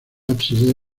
ábside